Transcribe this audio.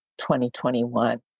2021